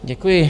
Děkuji.